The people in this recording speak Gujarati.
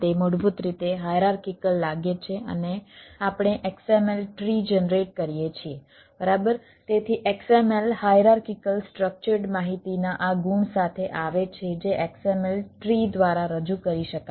તેથી XML હાયરાર્કિકલ સ્ટ્રક્ચર્ડ માહિતીના આ ગુણ સાથે આવે છે જે XML ટ્રી દ્વારા રજૂ કરી શકાય છે